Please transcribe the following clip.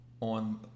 on